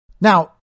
Now